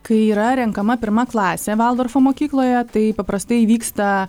kai yra renkama pirma klasė valdorfo mokykloje tai paprastai įvyksta